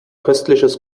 köstliches